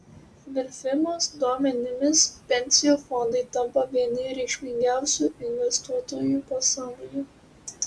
vilfimos duomenimis pensijų fondai tampa vieni reikšmingiausių investuotojų pasaulyje